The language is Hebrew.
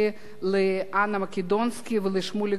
אנה מקדונסקי ושמוליק גרוסמן.